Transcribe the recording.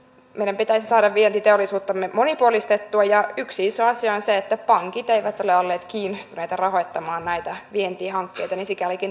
meidän pitäisi saada vientiteollisuuttamme monipuolistettua ja yksi iso asia on se että pankit eivät ole olleet kiinnostuneita rahoittamaan näitä vientihankkeita eli sikälikin tämä on tärkeää